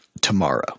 tomorrow